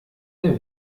der